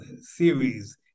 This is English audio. series